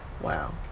Wow